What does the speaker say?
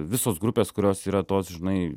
visos grupės kurios yra tos žinai